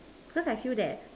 cause I feel that